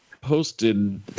posted